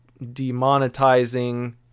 demonetizing